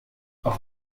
auf